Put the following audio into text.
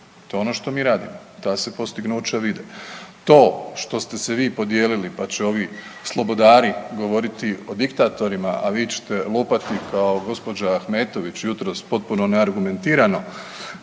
To je ono što mi radimo, ta se postignuća vide. To što ste se vi podijelili, pa će ovi slobodari govoriti o diktatorima, a vi ćete lupati kao gđa. Ahmetović jutros potpuno neargumentirano